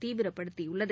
தீவிரப்படுத்தியுள்ளது